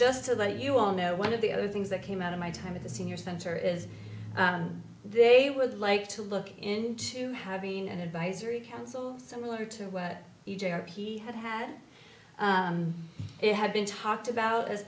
just to let you all know one of the other things that came out of my time at the senior center is they would like to look into having an advisory council similar to what e j r p had had it had been talked about as